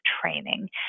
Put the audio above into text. training